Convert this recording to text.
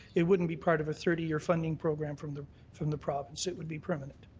it wouldn't be part of a thirty year funding program from the from the province. it would be permanent.